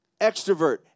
extrovert